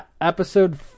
Episode